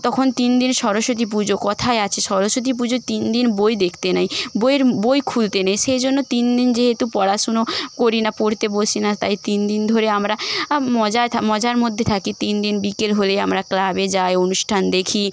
তখন তিন দিন সরস্বতী পুজো কথায় আছে সরস্বতী পুজোর তিন দিন বই দেখতে নেই বইয়ের বই খুলতে নেই সেই জন্য তিন দিন যেহেতু পড়াশুনো করি না পড়তে বসি না তাই তিন দিন ধরে আমরা মজায় থা মজার মধ্যে থাকি তিন দিন বিকেল হলে আমরা ক্লাবে যাই অনুষ্ঠান দেখি